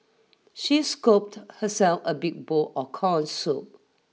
she scooped herself a big bowl of corn soup